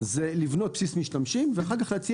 זה לבנות בסיס משתמשים ואחר-כך להציע